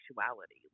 sexuality